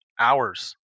hours